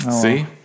See